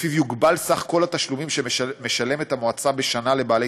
שבו יוגבל סך התשלומים שמשלמת המועצה בשנה לבעלי